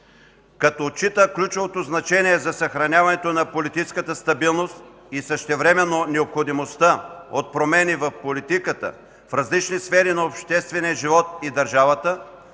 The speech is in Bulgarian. като отчита ключовото значение за съхраняването на политическата стабилност и същевременно необходимостта от промени в политиката в различни сфери на обществения живот и държавата